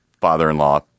father-in-law